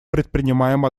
предпринимаем